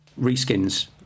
reskins